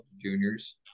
juniors